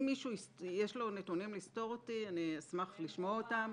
אם למישהו יש נתונים לסתור אותי, אשמח לשמוע אותם.